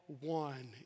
one